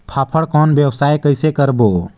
फाफण कौन व्यवसाय कइसे करबो?